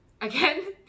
again